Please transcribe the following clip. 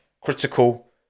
critical